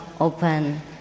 open